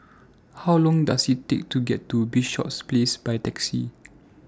How Long Does IT Take to get to Bishops Place By Taxi